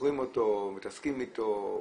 מוכרים אותו, מתעסקים איתו.